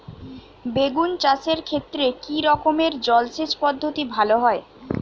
বেগুন চাষের ক্ষেত্রে কি রকমের জলসেচ পদ্ধতি ভালো হয়?